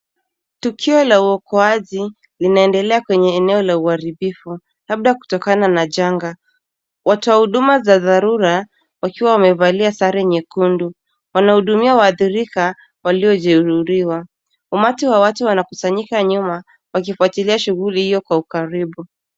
Tukio la uokoaji linaendelea kwenye eneo la uharibifu labda kutokana na janga. Watoa huduma za dharura wakiwa wamevalia sare nyekundu wanahudumia waathirika walio jeruhiwa. Umati wa watu wanakusanyika nyuma wakifuatilia shughuli hiyo kwa ukaribu.